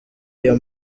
iyo